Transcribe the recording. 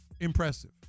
impressive